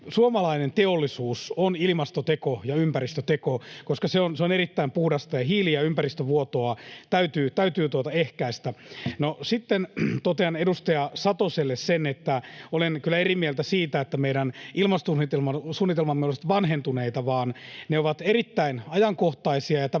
suomalainen teollisuus on ilmastoteko ja ympäristöteko, koska se on erittäin puhdasta, ja hiili- ja ympäristövuotoa täytyy ehkäistä. No, sitten totean edustaja Satoselle, että olen kyllä eri mieltä siitä, että meidän ilmastosuunnitelmamme olisivat vanhentuneita. Ne ovat erittäin ajankohtaisia,